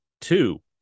two